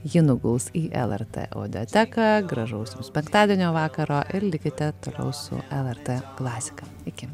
ji nuguls į lrt audioteką gražaus jums penktadienio vakaro ir likite toliau su lrt klasika iki